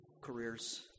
careers